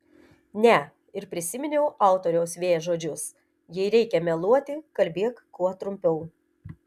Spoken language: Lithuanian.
ne ir prisiminiau autoriaus v žodžius jei reikia meluoti kalbėk kuo trumpiau